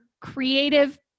creative